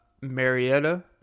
Marietta